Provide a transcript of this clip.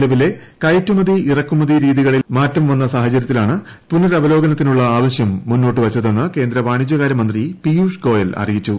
നിലവിലെ കയറ്റുമതി ഇറക്കുമതി രീതികളിൽ മാറ്റം വന്ന സാഹചര്യത്തിലാണ് പുനരവലോകനത്തിനുള്ള ആവശ്യം മുന്നോട്ടു വച്ചതെന്ന് കേന്ദ്ര വാണിജൃകാരൃ മന്ത്രി പീയൂഷ് ഗോയൽ അറിയിച്ചു